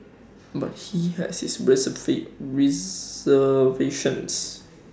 but he has his reservations